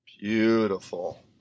Beautiful